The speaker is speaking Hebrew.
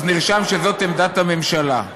אז נרשם שזאת עמדת הממשלה.